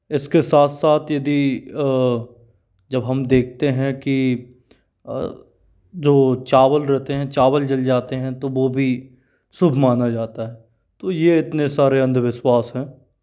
इसके साथ साथ यदि जब हम देखते हैं कि जो चावल रहते हैं चावल जल जाते हैं तो वो भी शुभ माना जाता है तो ये इतने सारे अंधविश्वास हैं